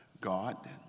God